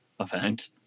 Event